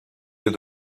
lieu